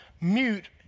mute